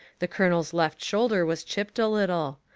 the colonel's left shoulder was chipped a little.